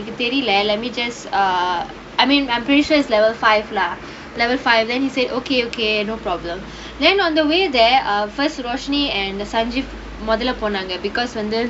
எனக்கு தெரியல:enakku theriyala let me just err I mean actually level five lah level five then he say okay okay no problem then on the way there um first of all roshni and sanjeev மொதல்ல போனாங்க:modalla ponaanga because வந்து:vanthu